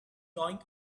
going